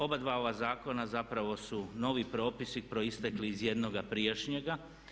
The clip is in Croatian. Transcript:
Obadva ova zakona zapravo su novi propisi proistekli iz jednoga prijašnjega.